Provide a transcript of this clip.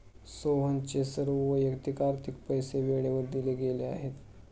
सोहनचे सर्व वैयक्तिक आर्थिक पैसे वेळेवर दिले गेले आहेत